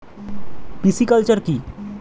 Pisciculture কি?